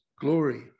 glory